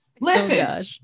Listen